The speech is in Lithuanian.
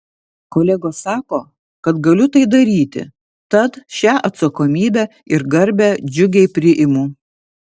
kolegos sako kad galiu tai daryti tad šią atsakomybę ir garbę džiugiai priimu